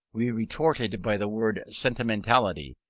we retorted by the word sentimentality,